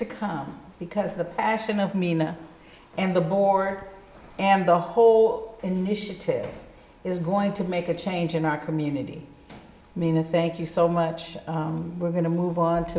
to come because the passion of mina and the board and the whole initiative is going to make a change in our community mena thank you so much we're going to move on to